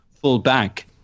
fullback